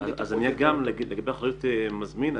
אגיע גם לאחריות מזמין.